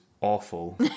awful